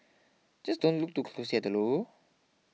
just don't look too closely at the logo